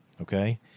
Okay